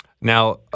Now